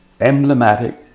emblematic